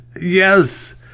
Yes